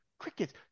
Crickets